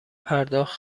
پرداخت